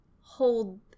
hold